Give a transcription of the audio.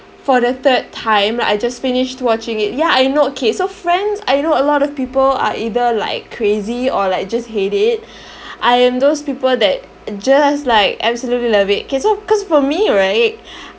for the third time like I just finished watching it ya I know okay so friends I know a lot of people are either like crazy or like just hate it I am those people that just like absolutely love it K so cause for me right